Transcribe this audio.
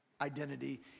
identity